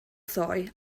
ddoe